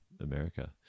America